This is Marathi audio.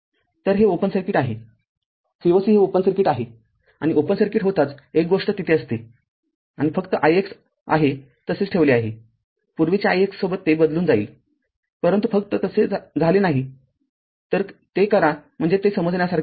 तर हे ओपन सर्किट आहे Voc हे ओपन सर्किट आहे आणि ओपन सर्किट होताच एक गोष्ट तिथे असते आणि फक्त ix आहे तसेच ठेवले आहे पूर्वीच्या ix सोबत ते बदलून जाईल परंतु फक्त तसे झाले नाही ते करा म्हणजे ते समजण्यासारखे आहे